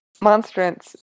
Monstrance